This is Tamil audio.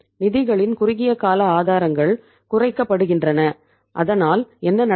நிதிகளின் குறுகிய கால ஆதாரங்கள் குறைக்கப்படுகின்றன அதனால் என்ன நடக்கும்